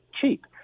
cheap